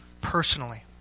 personally